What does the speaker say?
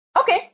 Okay